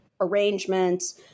arrangements